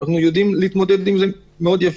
אנחנו יודעים להתמודד עם זה מאוד יפה.